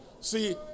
See